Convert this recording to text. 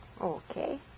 Okay